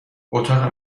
اتاق